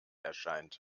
erscheint